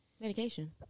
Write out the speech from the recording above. medication